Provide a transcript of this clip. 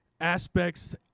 aspects